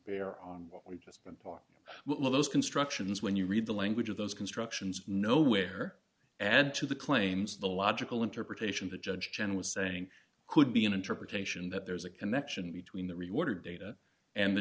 bear on what we've just been part of those constructions when you read the language of those constructions nowhere add to the claims the logical interpretation the judge chen was saying could be an interpretation that there's a connection between the reordered data and the